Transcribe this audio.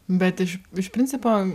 bet iš iš principo